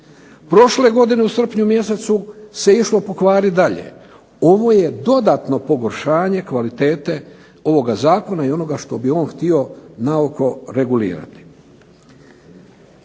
Prošle godine u srpnju mjesecu se išlo pokvariti dalje. Ovo je dodatno pogoršanje kvalitete ovoga zakona i onoga što bi on htio naoko regulirati.